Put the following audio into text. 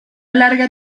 larga